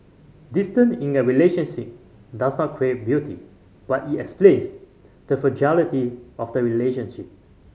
distance in a relationship does not create beauty but it explains the fragility of the relationship